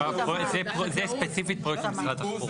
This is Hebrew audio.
זה ספציפית פרויקט של משרד התחבורה.